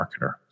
marketer